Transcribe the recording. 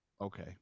Okay